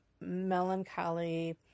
melancholy